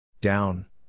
Down